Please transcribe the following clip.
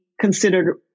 considered